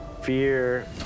Fear